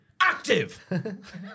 active